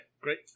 Great